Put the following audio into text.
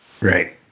Right